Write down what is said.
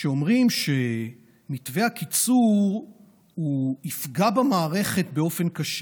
שאומרים שמתווה הקיצור יפגע במערכת באופן קשה.